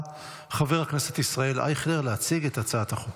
חבר הכנסת ישראל אייכלר להציג את הצעת החוק.